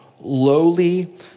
lowly